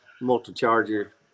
multi-charger